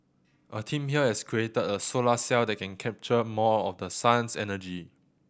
a team here has created a solar cell that can capture more of the sun's energy